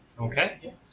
Okay